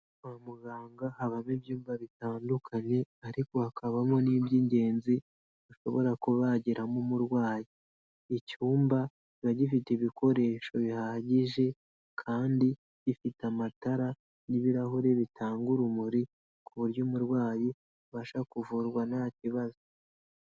Kwa muganga habamo ibyumba bitandukanye ariko hakabamo n'iby'ingenzi bashobora kubagiramo umurwayi, icyumba biba gifite ibikoresho bihagije kandi gifite amatara n'ibirahure bitanga urumuri ku buryo umurwayi abasha kuvurwa nta kibazo.